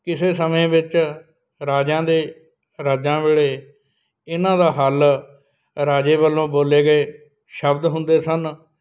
ਕਿਸੇ ਸਮੇਂ ਵਿੱਚ ਰਾਜਿਆਂ ਦੇ ਰਾਜਾਂ ਵੇਲੇ ਇਹਨਾਂ ਦਾ ਹੱਲ ਰਾਜੇ ਵੱਲੋਂ ਬੋਲੇ ਗਏ ਸ਼ਬਦ ਹੁੰਦੇ ਸਨ